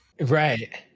Right